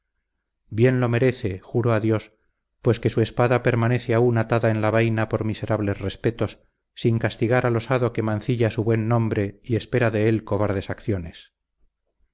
bien lo merece juro a dios pues que su espada permanece aún atada en la vaina por miserables respetos sin castigar al osado que mancilla su buen nombre y espera de él cobardes acciones